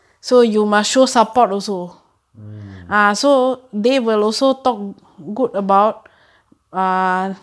mm